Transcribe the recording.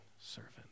servant